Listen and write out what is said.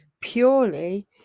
purely